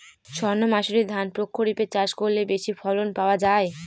সর্ণমাসুরি ধান প্রক্ষরিপে চাষ করলে বেশি ফলন পাওয়া যায়?